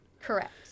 Correct